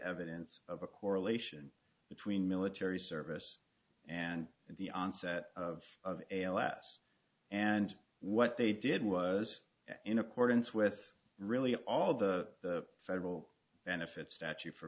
evidence of a correlation between military service and the onset of last and what they did was in accordance with really all the federal benefits statute for